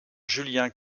julien